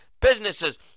businesses